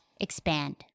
expand